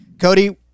Cody